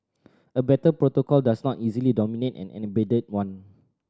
a better protocol does not easily dominate an embedded one